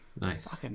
Nice